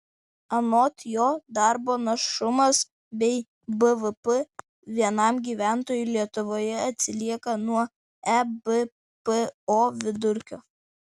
anot jo darbo našumas bei bvp vienam gyventojui lietuvoje atsilieka nuo ebpo vidurkio